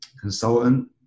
consultant